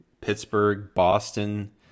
Pittsburgh-Boston